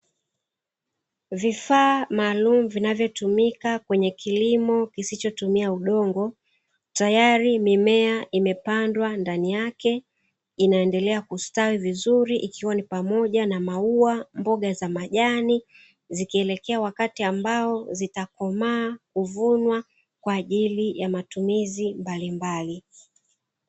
Vifaa maalumu vinavyotumika kwenye kilimo kisichotumia udongo, tayari mimea imepandwa ndani yake, inaendelea kustawi vizuri ikiwa ni pamoja na maua, mboga za majani, zikielekea wakati ambao zitakomaa kuvunwa kwa ajili ya matumizi mbalimbali.